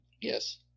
Yes